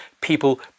people